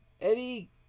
Eddie